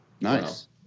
nice